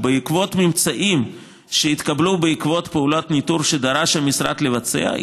ובעקבות ממצאים שהתקבלו בעקבות פעולת ניטור שדרש המשרד לבצע,